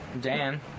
Dan